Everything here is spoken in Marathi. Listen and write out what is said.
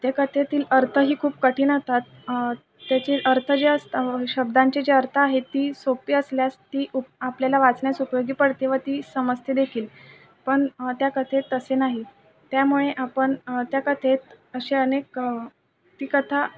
त्या कथेतील अर्थही खूप कठीण अतात त्याचे अर्थ जे असतं शब्दांचे जे अर्थ आहे ती सोपी असल्यास ती उप् आपल्याला वाचण्यास उपयोगी पडते व ती समजते देखील पण त्या कथेत तसे नाही त्यामुळे आपण त्या कथेत असे अनेक ती कथा